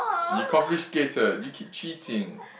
you complicated you keep cheating